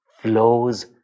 flows